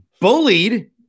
bullied